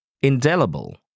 indelible